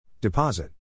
Deposit